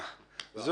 שמתי לב והבנתי.